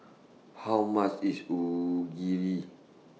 How much IS Onigiri